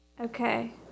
Okay